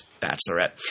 Bachelorette